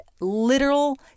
literal